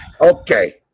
Okay